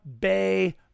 Bay